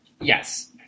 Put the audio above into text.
Yes